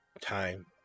Time